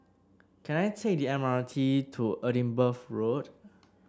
can I take the M R T to Edinburgh Road